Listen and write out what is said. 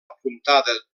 apuntada